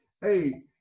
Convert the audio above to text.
hey